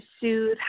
soothe